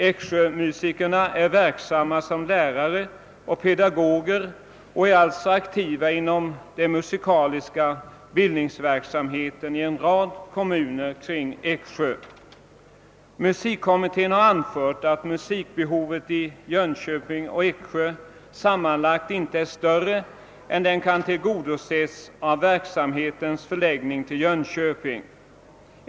Eksjömusikerna är verksamma som lärare och pedagoger och alltså aktiva inom den musikaliska bildningsverksamheten i en rad kommuner kring Eksjö. | Musikkommittén har anfört att musikbehovet i Jönköping och Eksjö samman lagt inte är större än att det kan tillgodoses vid verksamhetens förläggning till Jönköping.